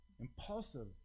impulsive